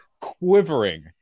quivering